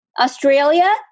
Australia